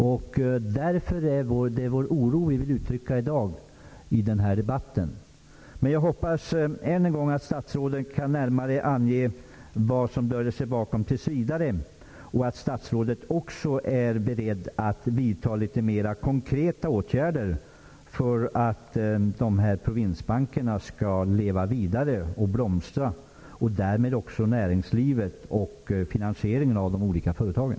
Det är därför vi i dag vill uttrycka vår oro i denna debatt. Jag hoppas än en gång att statsrådet närmare kan ange vad som döljer sig bakom ''tills vidare'' och att statsrådet också är beredd att vidta litet mer konkreta åtgärder för att provinsbankerna, och därmed också näringslivet, skall kunna leva vidare och blomstra. Det skulle också främja finansieringen av de olika företagen.